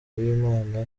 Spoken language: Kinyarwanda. b’imana